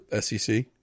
SEC